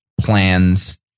plans